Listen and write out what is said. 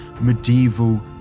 medieval